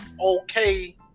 okay